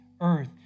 earth